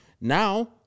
Now